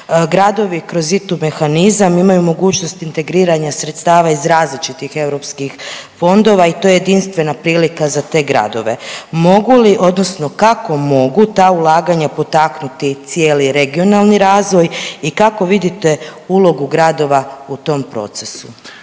Gradovi kroz ITU mehanizam imaju mogućnost integriranja sredstava iz različitih europskih fondova i to je jedinstvena prilika za te gradove. Mogu li, odnosno kako mogu ta ulaganja potaknuti cijeli regionalni razvoj i kako vidite ulogu gradova u tom procesu?